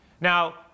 Now